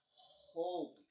holy